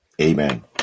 amen